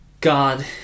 God